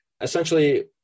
Essentially